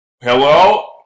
Hello